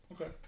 Okay